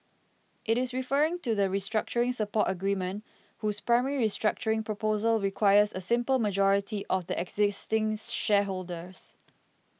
it is referring to the restructuring support agreement whose primary restructuring proposal requires a simple majority of the existing shareholders